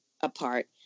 apart